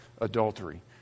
adultery